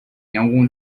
algum